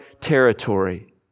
territory